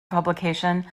publication